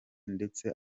ndetse